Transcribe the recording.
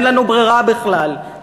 אין לנו ברירה בכלל.